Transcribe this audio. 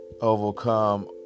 overcome